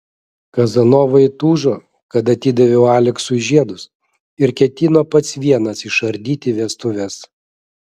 kazanova įtūžo kad atidaviau aleksui žiedus ir ketino pats vienas išardyti vestuves